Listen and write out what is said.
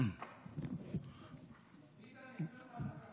אני מתנצל.